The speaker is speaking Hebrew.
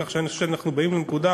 כך שאני חושב שאנחנו באים לנקודה